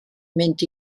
mynd